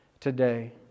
today